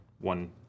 one